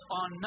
on